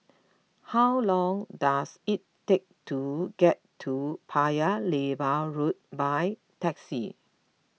how long does it take to get to Paya Lebar Road by taxi